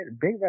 Big